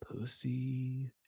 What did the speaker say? pussy